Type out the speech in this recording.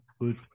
Good